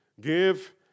Give